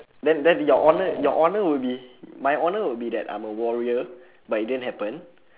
then then your honour your honour would be my honour would be that I'm a warrior but it didn't happen